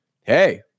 hey